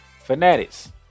Fanatics